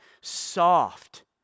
soft